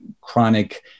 chronic